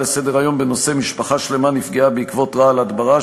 לסדר-היום בנושא: משפחה שלמה נפגעה בעקבות הדברה,